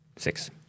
Six